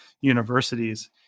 universities